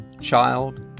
child